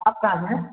आप कहाँ से हैं